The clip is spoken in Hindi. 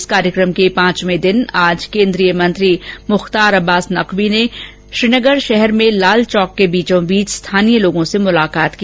इस कार्यक्रम के पांचवें दिन आज केन्द्रीय मंत्री मुख्तार अब्बास नकवी ने श्रीनगर शहर में लाल चौक के बीचों बीच स्थानीय लोगों से मुलाकात की